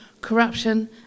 corruption